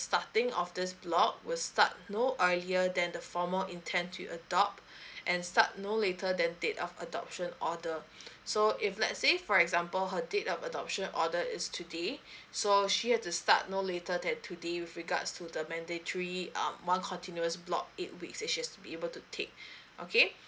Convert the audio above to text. starting of this block will start no earlier than the formal intent to adopt and start no later than date of adoption order so if let's say for example her date of adoption order is today so she have to start no later than today with regards to the mandatory um one continuous block eight weeks she has to be able to take okay